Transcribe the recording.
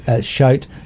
Shout